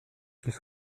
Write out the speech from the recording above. qu’ils